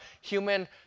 human